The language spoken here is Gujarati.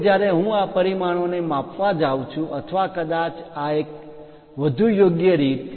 હવે જ્યારે હું આ પરિમાણોને માપવા જાઉં છું અથવા કદાચ આ એક વધુ યોગ્ય રીતે